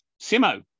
Simo